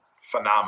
phenomena